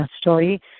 story